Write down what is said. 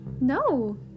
No